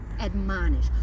admonish